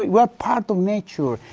we're part of nature.